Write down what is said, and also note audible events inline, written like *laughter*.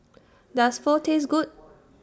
Does Pho Taste Good *noise*